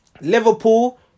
Liverpool